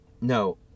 No